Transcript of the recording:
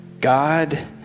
god